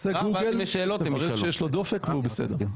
טוב, תעשה גוגל, תראה שיש לו דופק והוא בסדר.